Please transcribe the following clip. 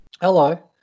Hello